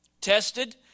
tested